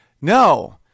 No